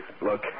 Look